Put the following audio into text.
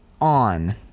On